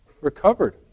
recovered